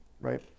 Right